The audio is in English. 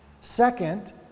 Second